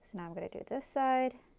and um going to do this side